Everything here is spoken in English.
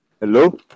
hello